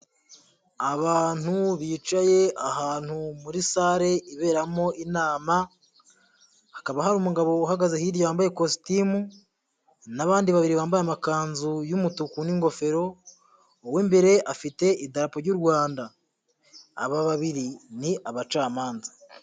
Abantu bicaye ahantu muri sale iberamo inama, hakaba hari umugabo uhagaze hirya wambaye ikositimu n'abandi babiri bambaye amakanzu y'umutuku n'ingofero, uw'imbere afite idarapo ry'u Rwanda, aba babiri ni abacamanza.